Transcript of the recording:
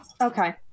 Okay